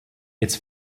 its